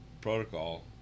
protocol